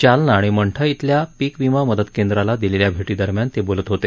जालना आणि मंठाइथल्या पीक विमा मदत केंद्राला दिलेल्या भेटीदरम्यान ते बोलत होते